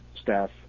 staff